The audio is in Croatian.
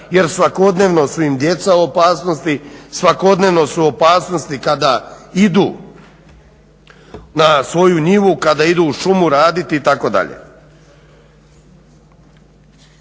jer svakodnevno su im djeca u opasnosti. Svakodnevno su u opasnosti kada idu na svoju njivu, kada idu u šumu raditi itd.